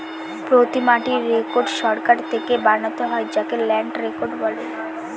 প্রতি মাটির রেকর্ড সরকার থেকে বানাতে হয় যাকে ল্যান্ড রেকর্ড বলে